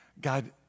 God